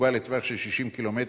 הוגבל לטווח של 60 קילומטר,